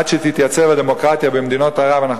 עד שתתייצב הדמוקרטיה במדינות ערב אנחנו